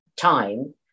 time